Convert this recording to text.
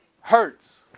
hurts